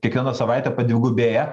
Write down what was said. kiekvieną savaitę padvigubėja